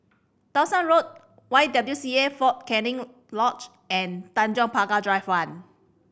Dawson Road Y W C A Fort Canning Lodge and Tanjong Pagar Drive One